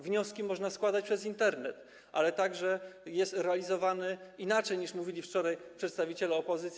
Wnioski można składać przez Internet, ale także jest realizowany inaczej, niż mówili wczoraj przedstawiciele opozycji.